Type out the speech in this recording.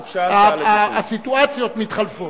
הסיטואציות מתחלפות.